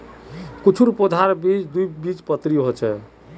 कुछू पौधार बीज द्विबीजपत्री ह छेक